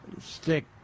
stick